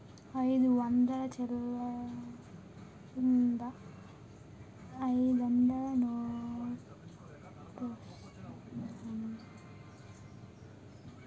అయిదు వందలు చిల్లరుందా అయిదొందలు నోటిస్తాను?